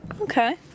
Okay